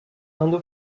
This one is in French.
indo